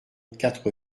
quatre